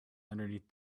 underneath